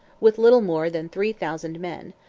with little more than three thousand men,